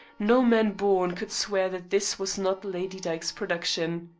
no man born could swear that this was not lady dyke's production.